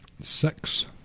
six